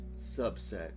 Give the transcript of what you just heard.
Subset